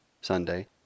Sunday